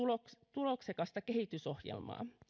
tuloksekasta kehitysohjelmaa